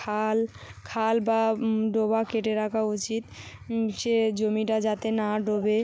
খাল খাল বা ডোবা কেটে রাখা উচিত সে জমিটা যাতে না ডোবে